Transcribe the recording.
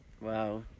Wow